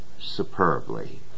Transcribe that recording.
Superbly